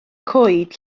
coed